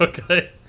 Okay